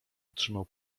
otrzymał